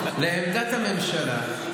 לעמדת הממשלה,